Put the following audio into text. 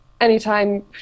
anytime